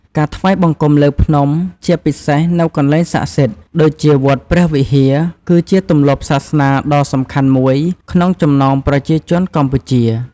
ការថ្វាយបង្គំលើភ្នំ ជាពិសេសនៅកន្លែងស័ក្តិសិទ្ធិដូចជាវត្តព្រះវិហារ គឺជាទម្លាប់សាសនាដ៏សំខាន់មួយក្នុងចំណោមប្រជាជនកម្ពុជា។